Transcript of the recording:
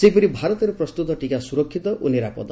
ସେହିପରି ଭାରତରେ ପ୍ରସ୍ତତ ଟିକା ସୁରକ୍ଷିତ ଓ ନିରାପଦ